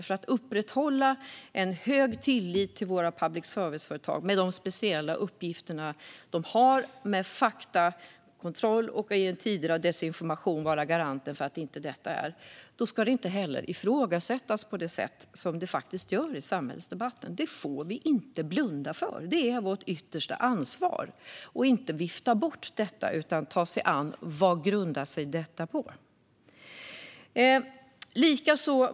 För att upprätthålla hög tillit kan våra public service-företag, med de särskilda uppgifter de har att i tider av desinformation göra faktakoll och vara garanten för saklighet, inte riskera att ifrågasättas på det sätt som faktiskt sker i samhällsdebatten. Det får vi inte blunda för. Det är vårt yttersta ansvar att inte vifta bort detta utan ta oss an vad det grundar sig på.